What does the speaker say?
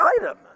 item